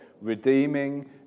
redeeming